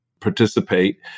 participate